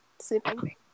Sleeping